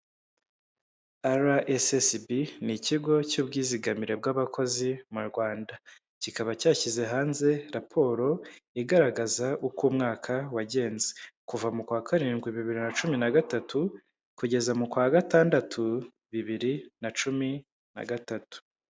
RSSB ni ikigo cy'ubwizigamire bw'abakozi mu Rwanda. Kikaba cyashyize hanze raporo igaragaza uko umwaka wagenze, kuva mu kwa karindwi bibiri na cumi na gatatu kugeza mu kwa gatandatu bibiri na cumi na gatatu.